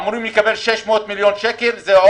אמורים לקבל 600 מיליון שקלים.